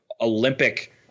Olympic